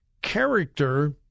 character